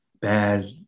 bad